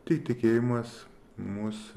tai tikėjimas mus